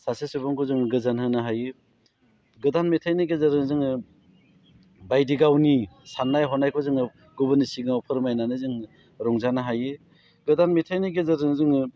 सासे सुबुंखौ जों गोजोन होनो हायो गोदान मेथाइनि गेजेरजों जोङो बायदि गावनि साननाय हनायखौ जोङो गुबुननि सिगाङाव फोरमायनानै जों रंजानो हायो गोदान मेथाइनि गेजेरजों जोङो